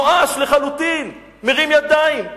הוא נואש לחלוטין, מרים ידיים.